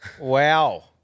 Wow